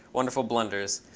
wonderful blunders.